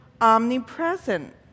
omnipresent